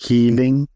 Healing